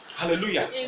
hallelujah